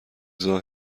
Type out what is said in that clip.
گندم